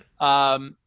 right